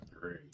great